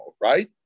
right